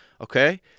Okay